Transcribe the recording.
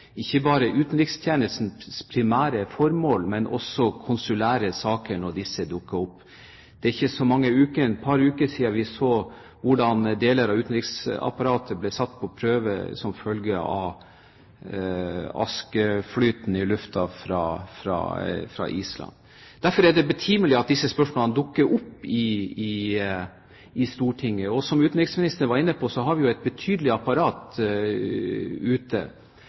ikke bare utenrikstjenestens primære formål, men også konsulære saker når disse dukker opp. Det er et par uker siden vi så hvordan deler av utenriksapparatet ble satt på prøve som følge av askeflyten i luften fra Island. Derfor er det betimelig at disse spørsmålene dukker opp i Stortinget. Som utenriksministeren var inne på, har vi et betydelig apparat ute.